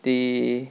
they